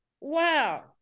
Wow